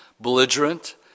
belligerent